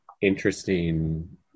interesting